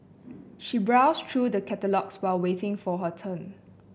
she browsed through the catalogues while waiting for her turn